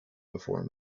before